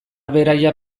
beraia